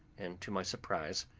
and, to my surprise,